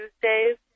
Tuesdays